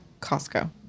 Costco